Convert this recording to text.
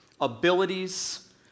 abilities